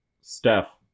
Steph